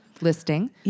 listing